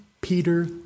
Peter